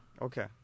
okay